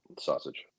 Sausage